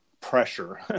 pressure